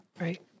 right